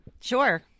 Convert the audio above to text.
Sure